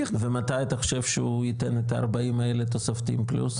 ומתי אתה חושב שהוא ייתן את ה-40 הלאה תוספתיים פלוס?